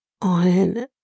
on